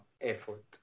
effort